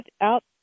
out